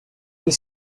ils